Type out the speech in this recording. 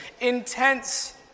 intense